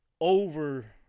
over